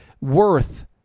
worth